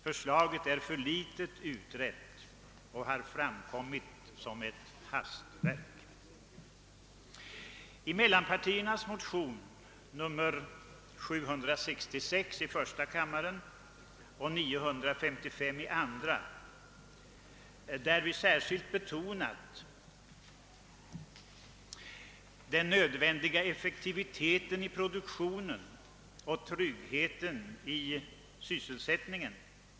Förslaget är för litet utrett och har framkommit som ett hastverk. I mellanpartiernas motioner, I:766 och II: 955, har vi särskilt betonat den nödvändiga effektiviteten i produktionen och tryggheten i sysselsättningen.